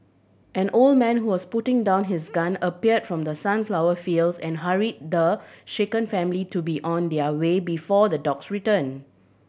an old man who was putting down his gun appeared from the sunflower fields and hurried the shaken family to be on their way before the dogs return